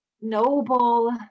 noble